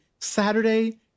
Saturday